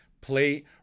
play